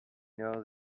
know